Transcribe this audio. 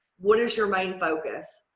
what is your main focus?